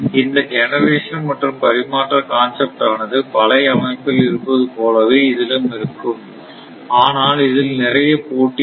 இந்த ஜெனரேஷன் மற்றும் பரிமாற்ற கான்செப்ட் ஆனது பழைய அமைப்பில் இருப்பது போலவே இதிலும் இருக்கும் ஆனால் இதில் நிறைய போட்டி இருக்கும்